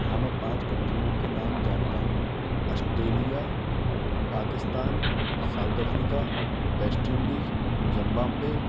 हाँ मैं पाँच कंट्रीयों के नाम जानता हूँ Australia Pakistan South Africa West Indies Zimbabwe